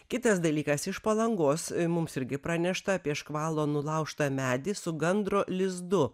kitas dalykas iš palangos mums irgi pranešta apie škvalo nulaužtą medį su gandro lizdu